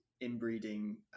inbreeding